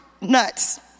nuts